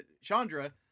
Chandra